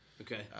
Okay